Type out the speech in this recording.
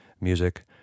music